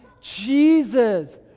jesus